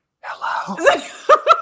Hello